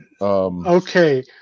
Okay